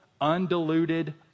undiluted